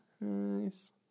Nice